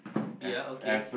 ya okay